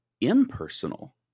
impersonal